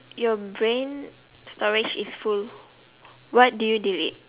your brain storage is full what do you delete